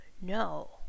no